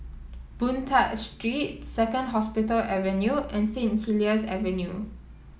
Boon Tat Street Second Hospital Avenue and Saint Helier's Avenue